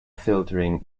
filtering